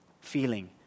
feeling